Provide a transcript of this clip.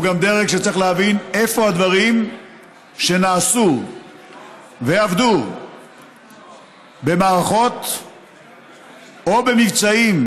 הוא גם דרג שצריך להבין איפה הדברים שנעשו ועבדו במערכות או במבצעים